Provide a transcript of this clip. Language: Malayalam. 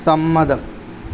സമ്മതം